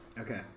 Okay